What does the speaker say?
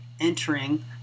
entering